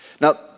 Now